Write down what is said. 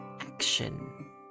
action